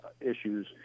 issues